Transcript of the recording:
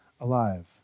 alive